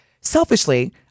selfishly